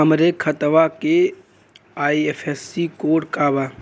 हमरे खतवा के आई.एफ.एस.सी कोड का बा?